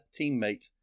teammate